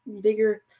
bigger